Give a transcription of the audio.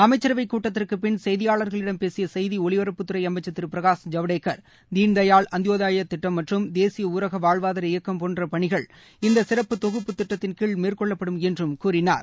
அமைச்சரவைக் கூட்டத்திற்குப் பின் செய்தியாளர்களிடம் பேசிய செய்தி ஒலிபரப்புத்துறை அமைச்சர் திரு பிரகாஷ் ஜவடேக்கர் தீன்தபாள் அந்திபோதயத் திட்டம் மற்றும் தேசிய ஊரக வாழ்வாதார இயக்கம் போன்ற பணிகள் இந்த சிறப்பு தொகுப்புத் திட்டத்தின்கீழ் மேற்கொள்ளப்படும் என்றும் கூறினார்